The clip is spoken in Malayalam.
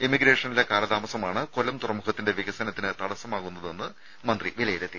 എമിഗ്രേഷനിലെ കാലതാമസമാണ് കൊല്ലം തുറമുഖത്തിന്റെ വികസനത്തിന് തടസ്സമാകുന്നതെന്ന് മന്ത്രി വിലയിരുത്തി